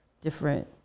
different